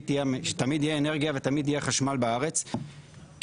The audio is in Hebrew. תהיה אנרגיה ותמיד יהיה חשמל בארץ כי,